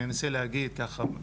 אני אנסה להגיד ככה,